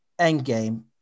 Endgame